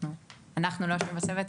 אנחנו לא יושבים בצוות.